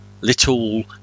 little